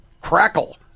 crackle